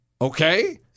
okay